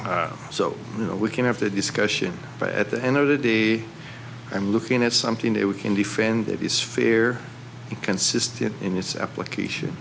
so you know we can have the discussion but at the end of the day i'm looking at something that we can defend that is fear consistent in its application